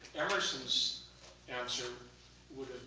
emerson's answer would